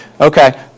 okay